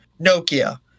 Nokia